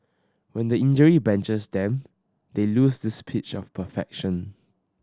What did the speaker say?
but when injury benches them they lose this pitch of perfection